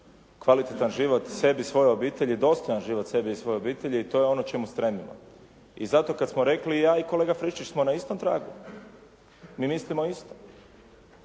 kvalitetan život sebi i svojoj obitelji, dostojan život sebi i svojoj obitelji i to je ono čemu stremimo. I zato kad smo rekli i ja i kolega Friščić smo na istom tragu. Mi mislimo isto.